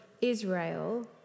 Israel